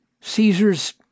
Caesar's